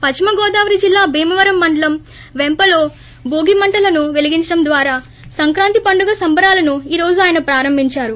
పశ్చిమ గోదావరి జిల్లా భీమవరం మండలం పెంపలో భోగి మంటలను పెలిగించడం ద్వారా సంక్రాంతి పండుగ సంబరాలను ఈ రోజు ఆయన ప్రారంభించారు